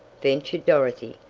ventured dorothy.